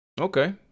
Okay